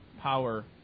power